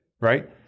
right